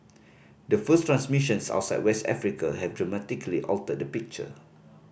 the first transmissions outside West Africa have dramatically altered the picture